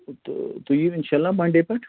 تہٕ تُہۍ یِیِو اِنشاء اللہ منڈے پٮ۪ٹھ